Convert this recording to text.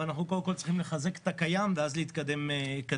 אבל אנחנו קודם כל צריכים לחזק את הקיים ואז להתקדם קדימה.